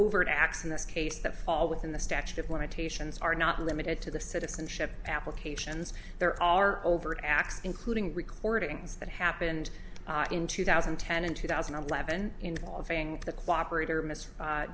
overt acts in this case that fall within the statute of limitations are not limited to the citizenship applications there are overt acts including recordings that happened in two thousand and ten in two thousand and eleven involving the cooperate or